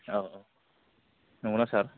औ औ नंगौना सार